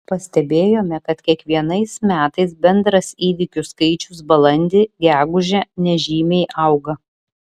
pastebėjome kad kiekvienais metais bendras įvykių skaičius balandį gegužę nežymiai auga